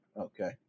Okay